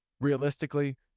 Realistically